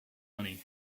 money